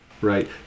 right